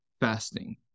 fasting